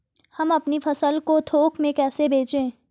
हम अपनी फसल को थोक में कैसे बेचें?